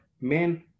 men